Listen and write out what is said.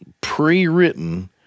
pre-written